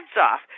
off